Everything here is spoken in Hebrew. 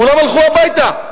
כולם הלכו הביתה.